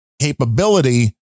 capability